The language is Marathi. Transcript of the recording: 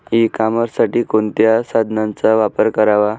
ई कॉमर्ससाठी कोणत्या साधनांचा वापर करावा?